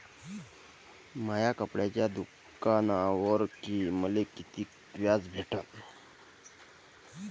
माया कपड्याच्या दुकानावर मले कितीक व्याज भेटन?